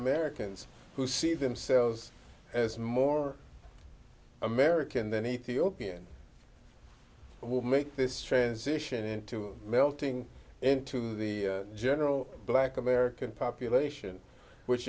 americans who see themselves as more american than ethiopian will make this transition into melting into the general black american population which